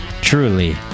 Truly